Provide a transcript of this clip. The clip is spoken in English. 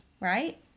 right